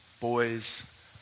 boys